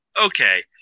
Okay